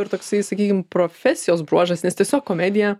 ir toksai sakykim profesijos bruožas nes tiesiog komedija